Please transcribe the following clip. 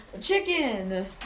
Chicken